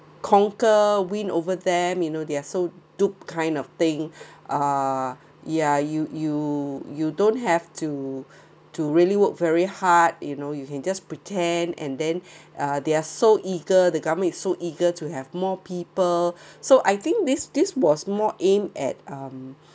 conquer win over them you know they're so dupe kind of thing uh ya you you you don't have to to really work very hard you know you can just pretend and then uh they are so eager the government is so eager to have more people so I think this this was more aimed at um